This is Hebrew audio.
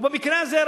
ובמקרה הזה,